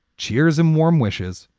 cheers and warm wishes.